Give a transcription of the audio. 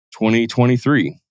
2023